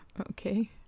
Okay